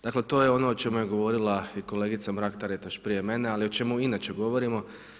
Dakle to je ono o čemu je govorila i kolegica Mrak-Taritaš prije mene, ali i o čemu inače govorimo.